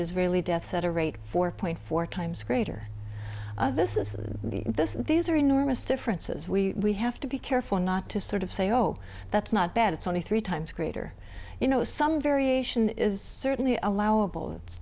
israeli deaths at a rate four point four times greater this is the this is these are enormous differences we have to be careful not to sort of say oh that's not bad it's only three times greater you know some variation is certainly allowable it's